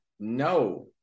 No